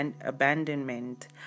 abandonment